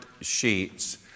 sheets